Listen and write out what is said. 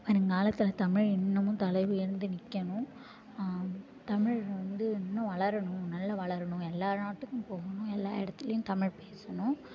வருங்காலத்தில் தமிழ் இன்னமும் தலை உயர்ந்து நிற்கணும் தமிழ் வந்து இன்னும் வளரணும் நல்லா வளரணும் எல்லா நாட்டுக்கும் போகணும் எல்லா இடத்துலியும் தமிழ் பேசணும்